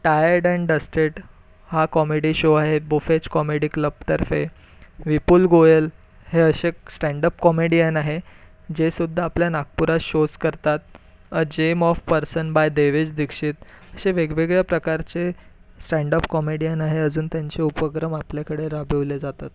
tired and dusted हा comedy show आहे बोफेज कॉमेडी क्लबतर्फे विपुल गोयल हे असे स्टँडअप कॉमेडीयन आहे जेसुद्धा आपल्या नागपुरात शोज करतात a gem of person by Devesh Dixit असे वेगवेगळ्या प्रकारचे स्टँडअप कॉमेडीयन आहे अजून त्यांचे उपक्रम आपल्याकडे राबविले जातात